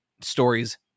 stories